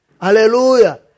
Hallelujah